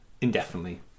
indefinitely